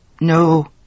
No